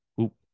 oop